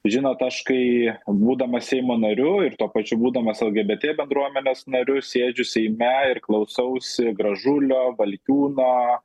žinot aš kai būdamas seimo nariu ir tuo pačiu būdamas lgbt bendruomenės nariu sėdžiu seime ir klausausi gražulio valkiūno